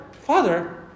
father